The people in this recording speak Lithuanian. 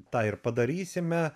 tą ir padarysime